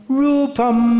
rupam